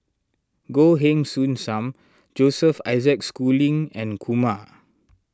Goh Heng Soon Sam Joseph Isaac Schooling and Kumar